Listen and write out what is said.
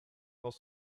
dans